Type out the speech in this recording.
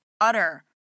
utter